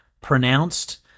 pronounced